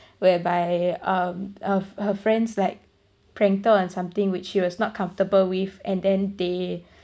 whereby um her her friends like pranked her on something which she was not comfortable with and then they